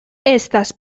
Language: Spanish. estas